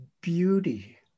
beauty